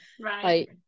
right